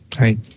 Right